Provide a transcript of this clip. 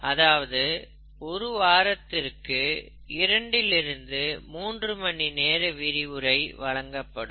அதாவது ஒரு வாரத்திற்கு இரண்டிலிருந்து மூன்று மணி நேர விரிவுரை வழங்கப்படும்